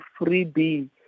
freebie